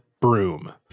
broom